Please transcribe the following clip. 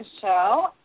show